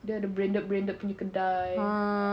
dia ada branded branded punya kedai